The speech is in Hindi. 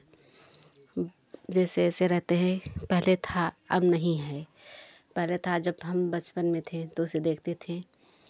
जैसे ऐसे रहते हैं पहले था अब नहीं है पहले था जब हम बचपन में थे तो उसे देखते थे